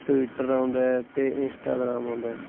Twitter ਆਉਂਦਾ ਅਤੇ Instagram ਆਉਂਦਾ